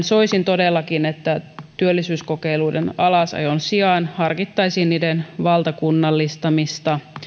soisin todellakin että työllisyyskokeiluiden alasajon sijaan harkittaisiin niiden valtakunnallistamista